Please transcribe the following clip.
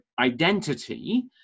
identity